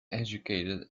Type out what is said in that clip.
educated